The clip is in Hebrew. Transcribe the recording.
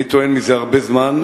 אני טוען זה הרבה זמן,